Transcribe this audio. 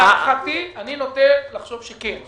אני נוטה לחשוב שכן,